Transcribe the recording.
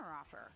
Offer